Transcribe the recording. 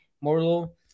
Mortal